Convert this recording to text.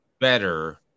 better